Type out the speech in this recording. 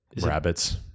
Rabbits